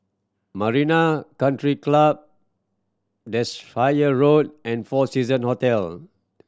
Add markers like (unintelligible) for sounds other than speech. Marina Country Club (unintelligible) fire Road and Four Season Hotel